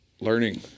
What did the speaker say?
learning